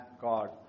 God